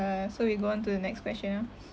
uh so we go on to the next question ah